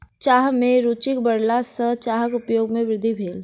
चाह में रूचिक बढ़ला सॅ चाहक उपयोग में वृद्धि भेल